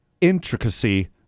intricacy